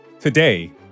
Today